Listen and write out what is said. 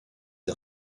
des